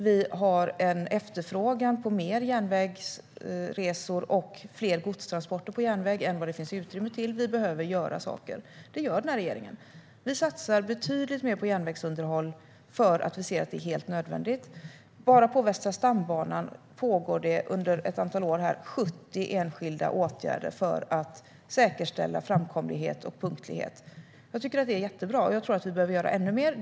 Vi har en efterfrågan på fler järnvägsresor och godstransporter på järnväg än vad det finns utrymme till. Vi behöver göra saker. Det gör den här regeringen. Vi satsar betydligt mer på järnvägsunderhåll för att vi ser att det är helt nödvändigt. Bara på Västra stambanan pågår det under ett antal år nu 70 enskilda åtgärder för att säkerställa framkomlighet och punktlighet. Jag tycker att det är jättebra, och jag tror att vi behöver göra ännu mer.